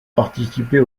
participer